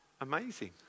amazing